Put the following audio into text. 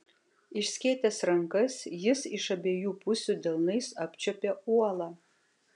išskėtęs rankas jis iš abiejų pusių delnais apčiuopė uolą